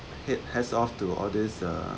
head hats off to all this uh